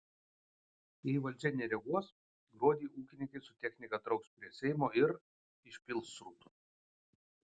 jei valdžia nereaguos gruodį ūkininkai su technika trauks prie seimo ir išpils srutų